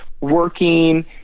working